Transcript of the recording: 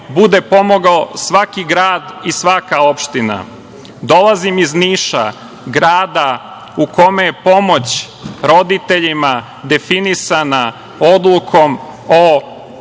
bude pomogao svaki grad i svaka opština. Dolazim iz Niša grada u kome je pomoć roditeljima definisana odlukom o